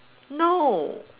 no